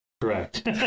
Correct